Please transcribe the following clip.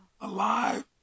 alive